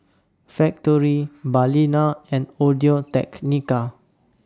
Factorie Balina and Audio Technica